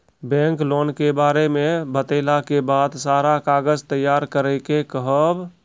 Bank loan के बारे मे बतेला के बाद सारा कागज तैयार करे के कहब?